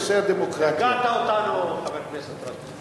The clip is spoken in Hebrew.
הרגעת אותנו, חבר הכנסת רותם.